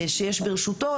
שיש ברשותו,